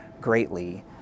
greatly